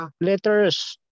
letters